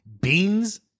Beans